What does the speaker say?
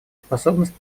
способность